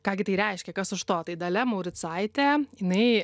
ką gi tai reiškia kas už to tai dalia mauricaitė jinai